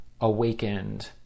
awakened